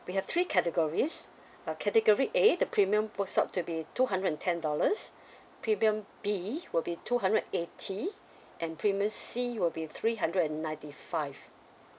we have three categories uh category A the premium goes up to be two hundred and ten dollars premium B will be two hundred and eighty and premium C will be three hundred and ninety five